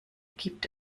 gibt